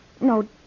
No